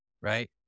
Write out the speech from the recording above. Right